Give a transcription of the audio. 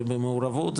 ובמעורבות,